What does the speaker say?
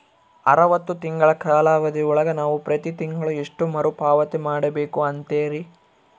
ಅರವತ್ತು ತಿಂಗಳ ಕಾಲಾವಧಿ ಒಳಗ ನಾವು ಪ್ರತಿ ತಿಂಗಳು ಎಷ್ಟು ಮರುಪಾವತಿ ಮಾಡಬೇಕು ಅಂತೇರಿ?